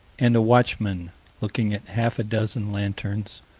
and a watchman looking at half a dozen lanterns,